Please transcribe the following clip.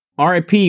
RIP